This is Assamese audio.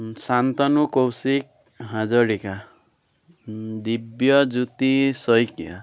শান্তনু কৌশিক হাজৰিকা দিব্য জ্যোতি শইকীয়া